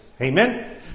Amen